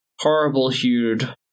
horrible-hued